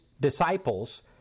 disciples